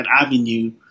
avenue